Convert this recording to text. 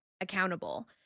accountable